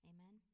Amen